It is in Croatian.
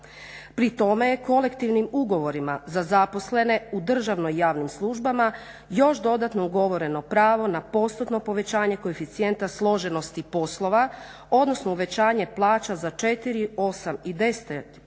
Pri tome je kolektivnim ugovorima za zaposlene u državno-javnim službama još dodatno ugovoreno pravo na postotno povećanje koeficijenta složenosti poslova odnosno uvećanje plaća za 4, 8 i